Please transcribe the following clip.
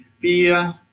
beer